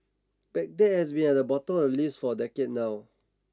Baghdad has been at the bottom of list for a decade now